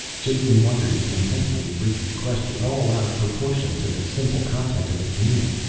jason wondered at the intensity of rhes' question, all out of proportion to the simple content of its meaning.